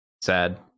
Sad